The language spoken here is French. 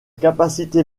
capacité